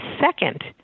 second